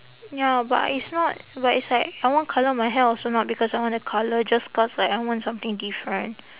ya but it's not but it's like I want colour my hair also not because I want to colour just cause like I want something different